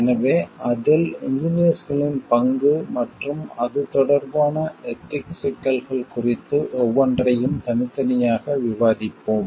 எனவே அதில் இன்ஜினியர்ஸ்களின் பங்கு மற்றும் அது தொடர்பான எதிக்ஸ் சிக்கல்கள் குறித்து ஒவ்வொன்றையும் தனித்தனியாக விவாதிப்போம்